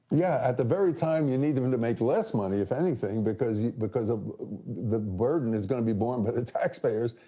yeah, at the very time you need them to make less money if anything, because because of the burden is gonna be borne by but the taxpayers,